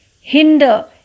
hinder